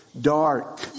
dark